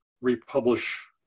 republish